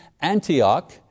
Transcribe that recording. Antioch